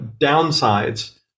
downsides